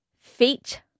Feet